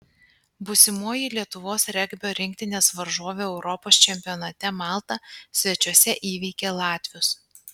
būsimoji lietuvos regbio rinktinės varžovė europos čempionate malta svečiuose įveikė latvius